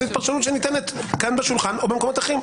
פרשנות שניתנת כאן בשולחן או במקומות אחרים.